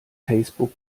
facebook